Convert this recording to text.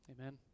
Amen